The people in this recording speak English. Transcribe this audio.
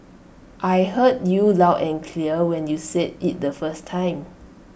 I heard you loud and clear when you said IT the first time